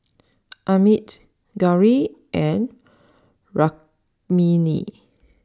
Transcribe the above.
Amit Gauri and Rukmini